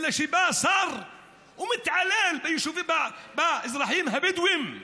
אלא שבא השר ומתעלל באזרחים הבדואים.